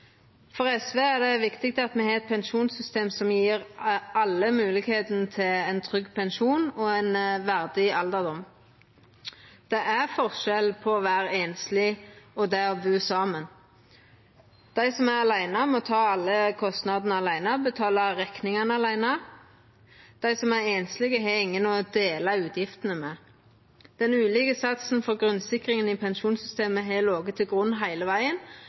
For SV er det viktig at me har eit pensjonssystem som gjev alle moglegheit til ein trygg pensjon og ein verdig alderdom. Det er forskjell på å vera einsleg og å bu saman. Dei som er aleine, må ta alle kostnadene aleine, betala rekningane aleine. Dei som er einslege, har ingen å dela utgiftene med. Den ulike satsen for grunnsikringa i pensjonssystemet har lege til grunn heile vegen,